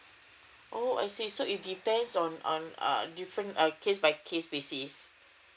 oh I see so it depends on um err different err case by case basis